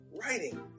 writing